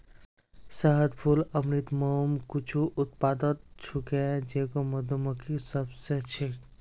शहद, फूल अमृत, मोम कुछू उत्पाद छूके जेको मधुमक्खि स व स छेक